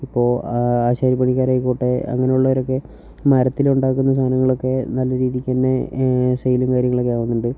ഇപ്പോൾ ആശാരിപ്പണിക്കാർ ആയിക്കോട്ടെ അങ്ങനെയുള്ളവരൊക്കെ മരത്തിലുണ്ടാക്കുന്ന സാധനങ്ങളൊക്കെ നല്ല രീതിക്കുതന്നെ സെയ്ലും കാര്യങ്ങളൊക്കെ ആവുന്നുണ്ട്